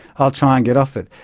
i'll try and get off it.